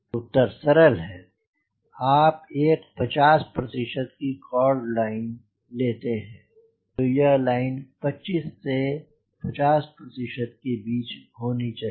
उत्तर सरल है कि आप एक 50 प्रतिशत की कॉर्ड लाइन लेते हैं तो यह लाइन 25 से 50 प्रतिशत के बीच होना चाहिए